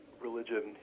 religion